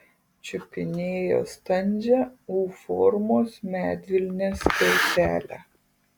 čiupinėjo standžią u formos medvilnės skiautelę